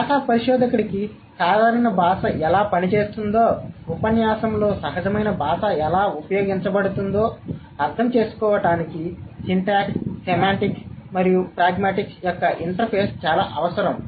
భాషా పరిశోధకుడికి సాధారణ భాష ఎలా పని చేస్తుందో ఉపన్యాసంలో సహజమైన భాష ఎలా ఉపయోగించబడుతుందో అర్థం చేసుకోవడానికి సింటాక్స్ సెమాంటిక్స్ మరియు ప్రాగ్మాటిక్స్ యొక్క ఇంటర్ఫేస్ చాలా అవసరం